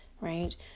Right